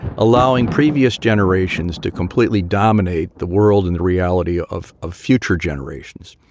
allowing previous generations to completely dominate the world and the reality of of future generations.